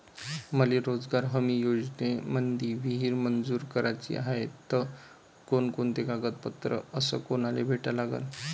मले रोजगार हमी योजनेमंदी विहीर मंजूर कराची हाये त कोनकोनते कागदपत्र अस कोनाले भेटा लागन?